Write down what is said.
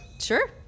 Sure